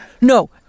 No